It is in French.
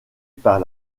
par